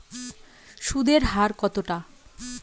সুদের হার কতটা?